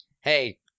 Hey